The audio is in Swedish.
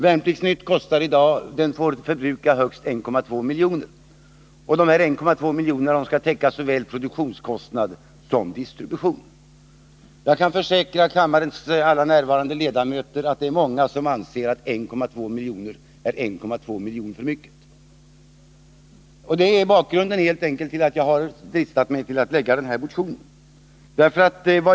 Värnplikts-Nytt får i dag förbruka högst 1,2 miljoner, och dessa skall täcka såväl produktionskostnad som distribution. Jag kan försäkra kammarens alla närvarande ledamöter att det är många som anser att 1,2 miljoner är 1,2 miljoner för mycket. Och det är bakgrunden till att jag dristat mig till att framlägga motionen.